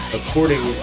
According